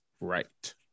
right